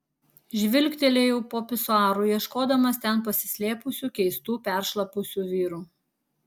žvilgtelėjau po pisuaru ieškodamas ten pasislėpusių keistų peršlapusių vyrų